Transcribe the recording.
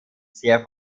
sehr